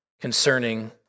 concerning